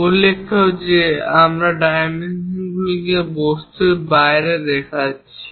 উল্লেখ্য যে আমরা এই ডাইমেনশনগুলোকে বস্তুর বাইরে দেখাচ্ছি